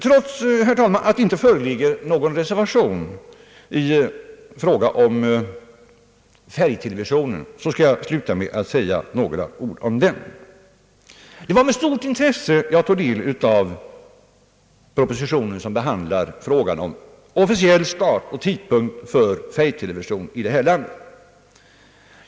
Trots att det, herr talman, inte föreligger någon reservation i fråga om färgtelevisionen, skall jag sluta mitt anförande med att säga några ord därom. Det var med stort intresse jag tog del av propositionen som behandlar frågan om officiell tidpunkt för starten av färgtelevision här i landet.